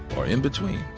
or in between.